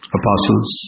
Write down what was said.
apostles